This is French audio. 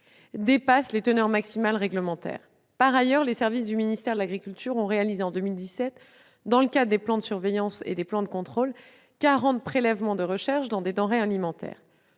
dépassent les teneurs maximales réglementaires. Par ailleurs, les services du ministère de l'agriculture ont réalisé en 2017, dans le cadre des plans de surveillance et des plans de contrôle, quarante prélèvements de recherche dans des denrées alimentaires.